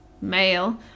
male